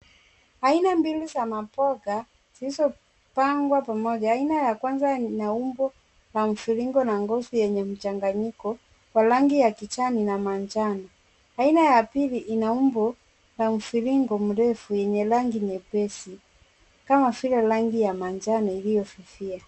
Aina mbili za maboga zilizopangwa pamoja. Aina ya kwanza ina umbo la mviringo na ngozi yenye mchanganyiko wa rangi ya kijani na manjano. Aina ya pili ina umbo la mviringo mrefu yenye rangi nyepesi kama vile rangi ya manjano iliyofifia.